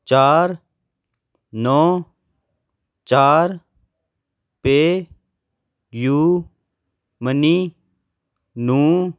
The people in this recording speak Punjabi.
ਚਾਰ ਨੌਂ ਚਾਰ ਪੇ ਯੂ ਮਨੀ ਨੂੰ